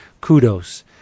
kudos